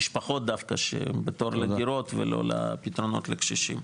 משפחות דווקא שהם בתור לדירות ולא לפתרונות לקשישים.